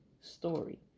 story